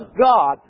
God